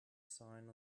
sign